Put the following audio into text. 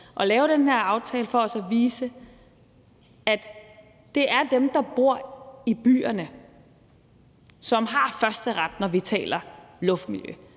at lave den her aftale for at vise, at det er dem, der bor i byerne, der har førsteretten, når vi taler om luftmiljø.